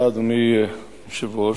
אדוני היושב-ראש,